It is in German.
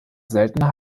seltener